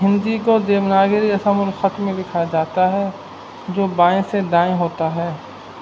ہندی کو دیوناگریسم م الخط میں دکھا جاتا ہے جو بائیں سے دائیں ہوتا ہے